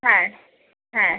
হ্যাঁ হ্যাঁ